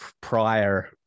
prior